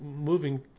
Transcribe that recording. moving